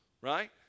Right